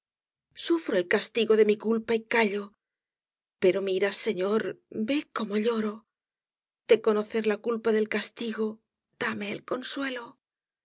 sufro el castigo de mi culpa y callo pero mira señor ve como lloro de conocer la culpa del castigo dame el consuelo